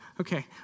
Okay